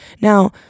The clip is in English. Now